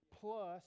plus